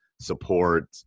support